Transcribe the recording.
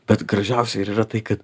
bet gražiausia ir yra tai kad